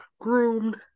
groomed